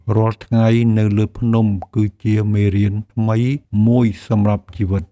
រាល់ថ្ងៃនៅលើភ្នំ គឺជាមេរៀនថ្មីមួយសម្រាប់ជីវិត។